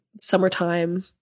summertime